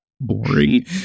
boring